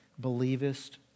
believest